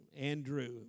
Andrew